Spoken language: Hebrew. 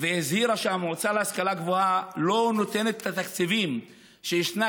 והבהירה שהמועצה להשכלה גבוהה לא נותנת את התקציבים שישנם